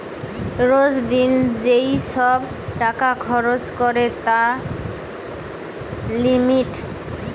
রোজ দিন যেই সব টাকা খরচ করে তার লিমিট